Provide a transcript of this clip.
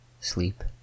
sleep